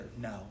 no